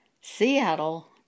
Seattle